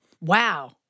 Wow